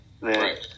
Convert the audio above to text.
Right